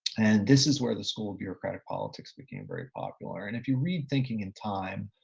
and this is where the school of bureaucratic politics became very popular. and if you read thinking in time,